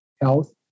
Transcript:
health